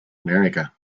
america